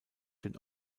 den